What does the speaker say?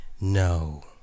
no